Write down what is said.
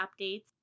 updates